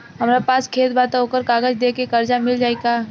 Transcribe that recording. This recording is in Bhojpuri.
हमरा पास खेत बा त ओकर कागज दे के कर्जा मिल जाई?